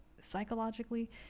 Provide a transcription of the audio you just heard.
psychologically